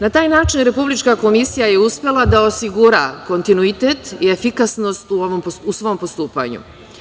Na taj način Republička komisija je uspela da osigura kontinuitet i efikasnost u svom postupanju.